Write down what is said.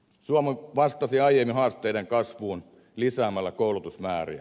suomi vastasi aiemmin haasteiden kasvuun lisäämällä koulutusmääriä